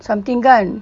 something kan